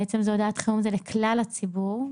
הודעת חירום זה לכלל הציבור,